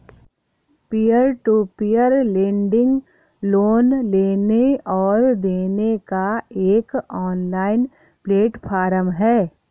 peer to peer lending loan लेने और देने का एक ऑनलाइन प्लेटफ़ॉर्म है